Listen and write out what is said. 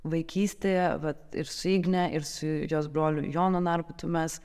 vaikystėje vat ir su igne ir su jos broliu jonu narbutu mes